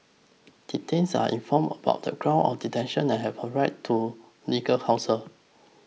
detainees are informed about the grounds of detention and have a right to legal counsel